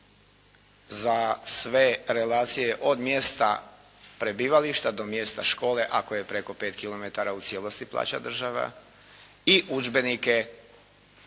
za sve relacije od mjesta prebivališta do mjesta škole kao je preko 5 km u cijelosti plaća država i udžbenike